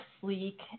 sleek